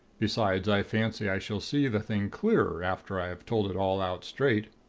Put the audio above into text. besides, i fancy i shall see the thing clearer, after i have told it all out straight.